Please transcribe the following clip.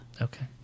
Okay